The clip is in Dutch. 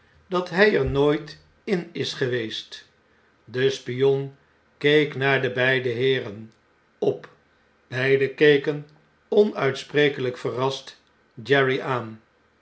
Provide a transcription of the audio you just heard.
dat hjj er nooit in is geweest de spion keek naar de beide heeren op beiden keken onuitsprekelvjk verrast jerry aan